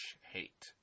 hate